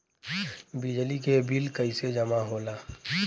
बिजली के बिल कैसे जमा होला?